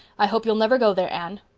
i hope you'll never go there, anne.